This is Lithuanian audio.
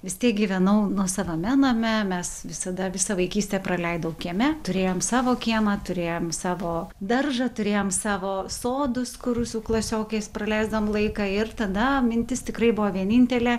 vis tiek gyvenau nuosavame name mes visada visą vaikystę praleidau kieme turėjom savo kiemą turėjom savo daržą turėjom savo sodus kur su klasiokais praleisdavom laiką ir tada mintis tikrai buvo vienintelė